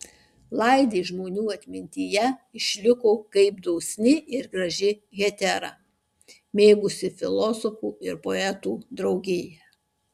laidė žmonių atmintyje išliko kaip dosni ir graži hetera mėgusi filosofų ir poetų draugiją